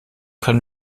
kann